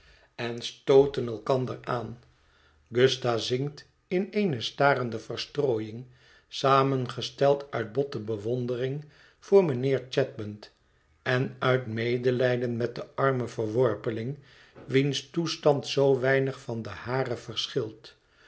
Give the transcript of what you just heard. tot stooten elkander aan gusta zinkt in eene starende verstrooiing samengesteld uit botte bewondering voor mijnheer chadband en uit medelijden met den armen verworpeling wiens toestand zoo weinig van den haren verschilt